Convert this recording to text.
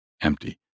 empty